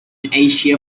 asia